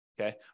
Okay